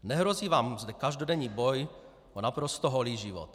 Nehrozí vám zde každodenní boj o naprosto holý život.